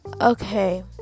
Okay